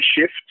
shift